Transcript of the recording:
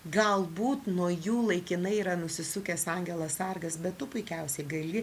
galbūt nuo jų laikinai yra nusisukęs angelas sargas bet tu puikiausiai gali